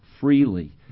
freely